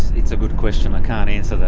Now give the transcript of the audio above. it's a good question, i can't answer that,